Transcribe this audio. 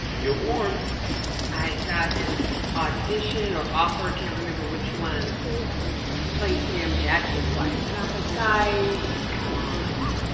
you're warned i got an audition or offer can't remember which one to play sam jackson's wife. and i was like, guys, come on.